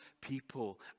people